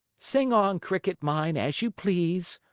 sing on, cricket mine, as you please.